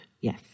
Yes